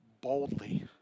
boldly